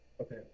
Okay